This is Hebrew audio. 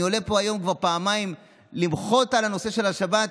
אני עולה היום כבר פעמיים למחות על הנושא של השבת,